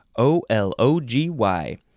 O-L-O-G-Y